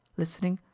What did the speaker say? listening,